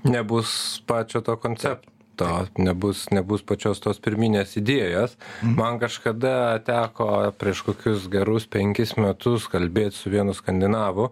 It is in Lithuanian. nebus pačio to koncepto nebus nebus pačios tos pirminės idėjos man kažkada teko prieš kokius gerus penkis metus kalbėt su vienu skandinavu